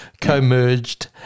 co-merged